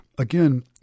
again